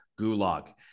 gulag